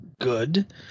good